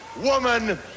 woman